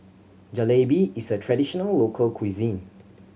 Jalebi is a traditional local cuisine